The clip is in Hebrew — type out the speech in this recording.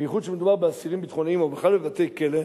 בייחוד כשמדובר באסירים ביטחוניים או בכלל בבתי-כלא,